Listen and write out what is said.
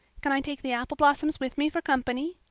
can i take the apple blossoms with me for company?